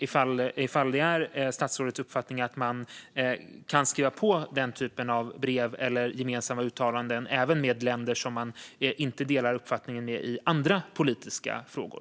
Är det statsrådets uppfattning att man kan skriva på den typen av brev eller göra gemensamma uttalanden även med länder som man inte delar uppfattning med i andra politiska frågor?